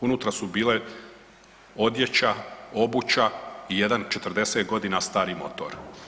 Unutra su bile odjeća, obuća i jedan 40 godina stari motor.